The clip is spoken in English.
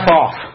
off